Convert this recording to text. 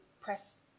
press